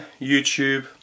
YouTube